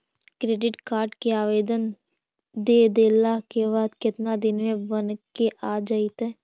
Credit card के आवेदन दे देला के बाद केतना दिन में बनके आ जइतै?